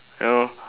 you know